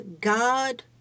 God